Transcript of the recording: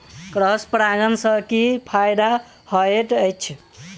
Cross परागण सँ की फायदा हएत अछि?